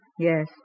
Yes